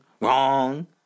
wrong